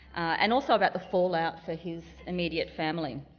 and also about the fallout for his immediate family.